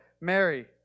Mary